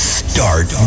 start